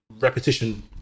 repetition